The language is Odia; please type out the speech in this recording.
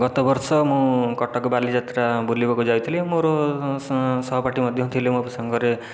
ଗତବର୍ଷ ମୁଁ କଟକ ବାଲିଯାତ୍ରା ବୁଲିବାକୁ ଯାଇଥିଲି ମୋର ସହପାଠୀ ମଧ୍ୟ ଥିଲେ ମୋ ସାଙ୍ଗରେ